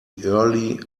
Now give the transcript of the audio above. early